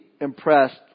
impressed